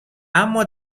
اما